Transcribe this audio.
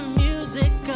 music